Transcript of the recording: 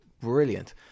brilliant